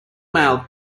male